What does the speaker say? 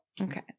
Okay